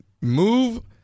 move